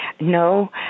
No